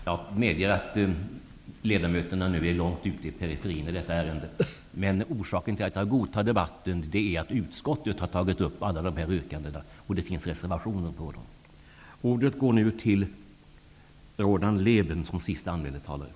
Jag medger att ledamöterna nu är långt ute i periferin av detta ämne. Men orsaken till att jag godtar debatten är att utskottet har tagit upp alla dessa yrkanden och att det finns reservationer där dessa tas upp.